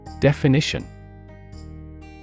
Definition